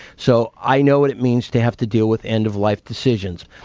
so, i know what it means to have to deal with end of life decisions.